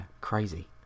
crazy